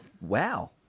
Wow